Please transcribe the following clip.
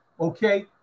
okay